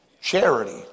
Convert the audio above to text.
Charity